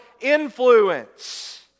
influence